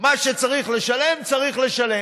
מה שצריך לשלם, צריך לשלם.